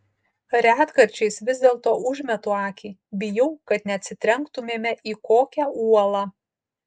retkarčiais vis dėlto užmetu akį bijau kad neatsitrenktumėme į kokią uolą